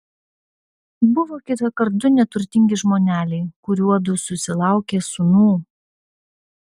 buvo kitąkart du neturtingi žmoneliai kuriuodu susilaukė sūnų